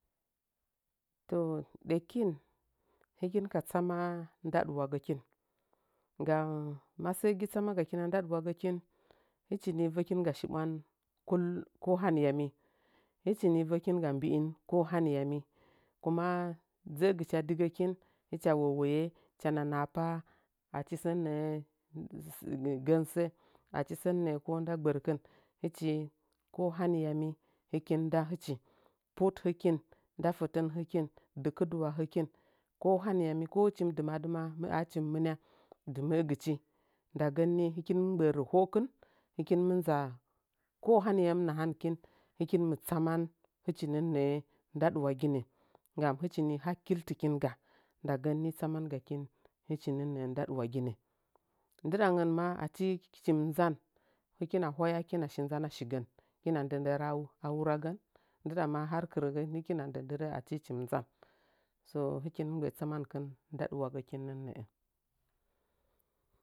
To ɗekin hɨkin ka tsama ndaɗuwagəkin gam masəgi tsama gakina ndaɗi wa gəkin hɨchi ni vəkin ga shiɓwan kull ko haniyami hɨchini vəkinga mbiin ko haniyami kuma dzə gɨchi a digəkin hɨcha wowoye hɨcha nanahapa achi sən nəə gəgən sə achi sən nəə ko nda gbərkin hɨchi ko haniyami hɨkin nda hɨchi put hɨkin nda fətən hɨkin dɨkɨduwa hɨkin ko haniyami ko hɨchim dɨmadɨ ma achim mɨnia dɨməgɨchi ndagən ni hɨkin mbələ rəhokin hɨkin mɨ nza ko haniyami nahankin hɨkin mɨ tsaman hɨchi mɨnnə'ə ndaɗɨwaginə gam hɨchi nin hakkiltikinga ndagən ni tsamangakin hɨch ninnəə ndaɗɨwa ginə ndɨɗangən ma achi hɨchim nzan hɨkina hwaya hɨkina shi nzana shigən həkina ndə ndərəə a wuragən nilɨɗa ma har kɨrəgən hɨkina ndəndə rə'ə achi hɨchim nzan so həkin mbəə tsamankən ndaɗuwagə kin nən nə'ə.